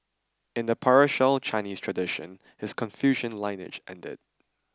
in the patriarchal Chinese tradition his Confucian lineage ended